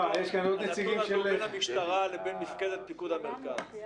הנתון הזה הוא בין המשטרה לבין מפקדת פיקוד המרכז.